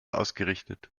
ausgerichtet